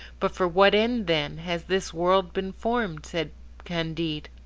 but for what end, then, has this world been formed? said candide.